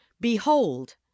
Behold